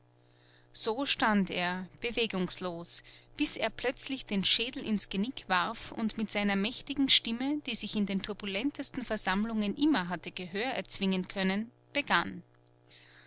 so stand er bewegungslos bis er plötzlich den schädel ins genick warf und mit seiner mächtigen stimme die sich in den turbulentesten versammlungen immer hatte gehör erzwingen können begann